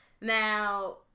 Now